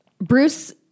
Bruce